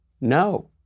No